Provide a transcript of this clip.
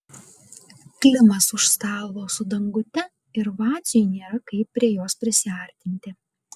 klimas už stalo su dangute ir vaciui nėra kaip prie jos prisiartinti